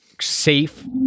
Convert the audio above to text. safe